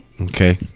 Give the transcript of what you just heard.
okay